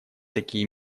такие